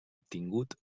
obtingut